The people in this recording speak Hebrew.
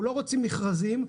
אנחנו לא רוצים מכרזים,